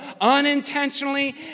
unintentionally